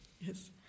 Yes